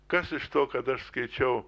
kas iš to kad aš skaičiau